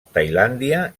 tailàndia